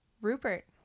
Rupert